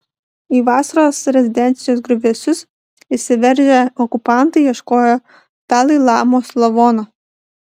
į vasaros rezidencijos griuvėsius įsiveržę okupantai ieškojo dalai lamos lavono